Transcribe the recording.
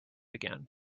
again